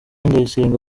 ndayisenga